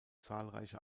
zahlreiche